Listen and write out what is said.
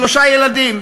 שלושה ילדים,